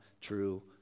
true